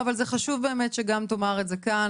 לא, אבל זה באמת חשוב שגם תאמר את זה כאן.